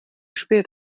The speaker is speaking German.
spät